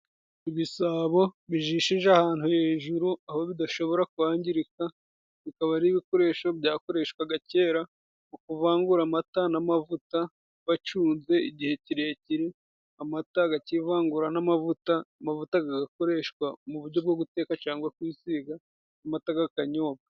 Ibisabo bijishije ahantu hejuru aho bidashobora kwangirika, akaba ari ibikoresho byakoreshwaga kera mu kuvangura amata n'amavuta, wacunze igihe kirekire amata akivangura n'amavuta, amavuta akoreshwa mu buryo bwo guteka, cyangwa kwisiga, amata akanyobwa.